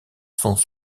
cents